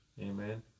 amen